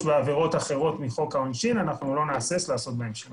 בעבירות אחרות מחוק העונשין אנחנו לא נהסס לעשות בהם שימוש,